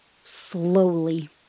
Slowly